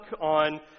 on